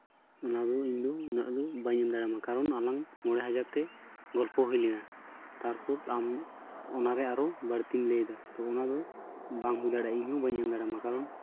ᱚᱱᱟᱫᱚ ᱤᱧᱫᱚ ᱩᱱᱟᱹᱜ ᱫᱚ ᱵᱟᱹᱧ ᱮᱢ ᱫᱟᱲᱮᱭᱟᱢᱟ ᱠᱟᱨᱚᱱ ᱟᱞᱟᱝ ᱢᱚᱬᱮ ᱦᱟᱡᱟᱨ ᱛᱮ ᱜᱚᱞᱯᱷᱚ ᱦᱩᱭ ᱞᱮᱱᱟ ᱛᱟᱨᱯᱚᱨ ᱟᱢ ᱚᱱᱟᱨᱮ ᱟᱨᱚ ᱵᱟᱹᱲᱛᱤᱢ ᱞᱟᱹᱭ ᱮᱫᱟ ᱛᱳ ᱚᱱᱟᱫᱚ ᱵᱟᱝ ᱦᱩᱭ ᱫᱟᱲᱮᱭᱟᱜᱼᱟ ᱤᱧᱦᱚᱸ ᱵᱟᱹᱧ ᱮᱢ ᱫᱟᱲᱮ ᱟᱢᱟ ᱠᱟᱨᱚᱱ